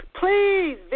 Please